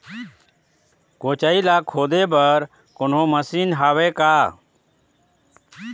कोचई ला खोदे बर कोन्हो मशीन हावे का?